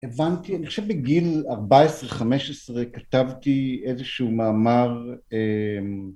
הבנתי, אני חושב בגיל 14-15 כתבתי איזשהו מאמר